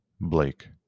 Blake